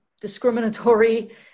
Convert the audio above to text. discriminatory